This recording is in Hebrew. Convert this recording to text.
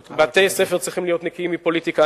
בתי-ספר צריכים להיות נקיים מפוליטיקה,